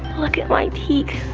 look at my teeth,